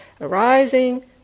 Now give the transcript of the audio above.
arising